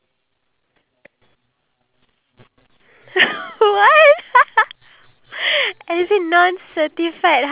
and then some more [what] okay what about the foods foods that both of us have tried before for the first time I know one is jollibee